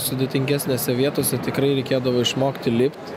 sudėtingesnėse vietose tikrai reikėdavo išmokti lipt